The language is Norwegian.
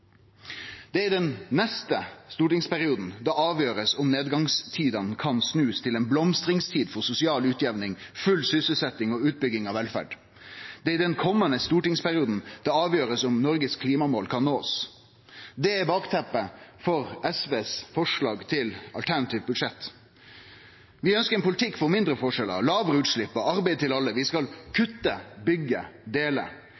Det er i den neste stortingsperioden det blir avgjort om nedgangstidene kan snu til ei blomstringstid for sosial utjamning, full sysselsetjing og utbygging av velferd. Det er i den komande stortingsperioden det blir avgjort om Noregs klimamål kan bli oppnådde. Det er bakteppet for SVs forslag til alternativt budsjett. Vi ønskjer ein politikk for mindre forskjellar, lågare utslepp og arbeid til alle. Vi skal